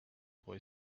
boy